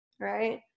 right